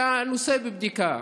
שהנושא בבדיקה.